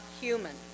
human